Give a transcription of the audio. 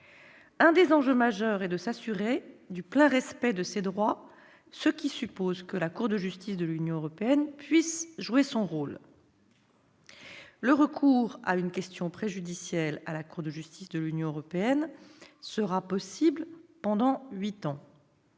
de la négociation est de s'assurer du plein respect de ces droits, ce qui suppose que la Cour de justice de l'Union européenne puisse jouer son rôle. Le recours à une question préjudicielle devant la Cour de justice de l'Union européenne sera possible pendant huit ans.